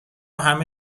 همه